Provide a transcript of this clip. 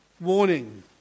warning